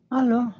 Hello